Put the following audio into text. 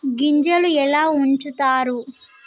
గింజలు ఎలా ఉంచుతారు?